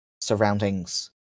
surroundings